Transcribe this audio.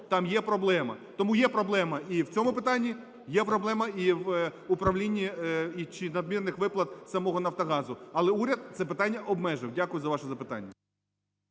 Там є проблема. Тому є проблема і в цьому питанні, є проблема і в управлінні чи надмірних виплат самого "Нафтогазу". Але уряд це питання обмежив. Дякую за ваше запитання.